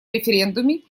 референдуме